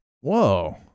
Whoa